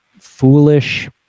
foolish